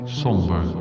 somber